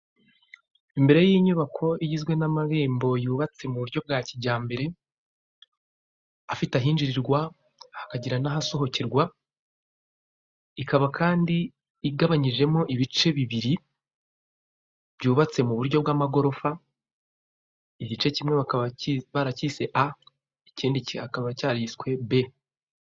Imbere y'inyubako igizwe n'amarembo yubatse mu buryo bwa kijyambere afite ahinjirirwa hakagira n'ahasohokerwa, ikaba igabanyijemo ibice bibiri byubatse mu buryo bw'amagorofa, igice kimwe kikaba cyariswe A ikindi kikaba cyariswe B.